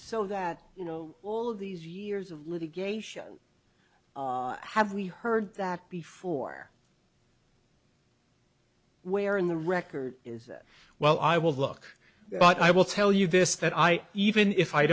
so that you know all of these years of litigation have we heard that before where in the record is well i will look but i will tell you this that i even if i